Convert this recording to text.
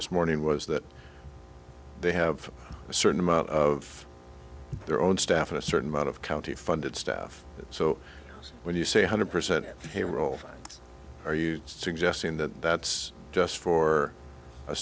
this morning was that they have a certain amount of their own staff a certain amount of county funded staff so when you say a hundred percent payroll are you suggesting that that's just for a